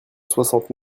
soixante